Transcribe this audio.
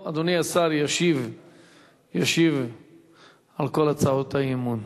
טוב, אדוני השר ישיב על כל הצעות האי-אמון